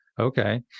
okay